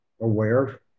aware